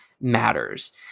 matters